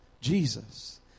Jesus